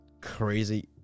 crazy